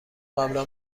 قبلا